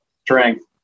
strength